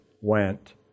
went